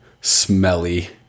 smelly